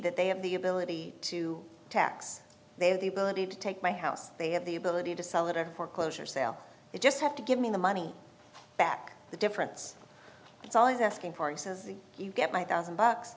that they have the ability to tax they have the ability to take my house they have the ability to sell it or foreclosure sale they just have to give me the money back the difference it's always asking for exactly you get my one thousand bucks